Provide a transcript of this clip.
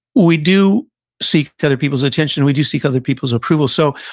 we do seek other people's attention, we do seek other people's approval so,